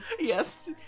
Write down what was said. Yes